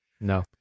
No